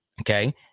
Okay